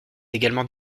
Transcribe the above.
également